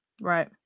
Right